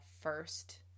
first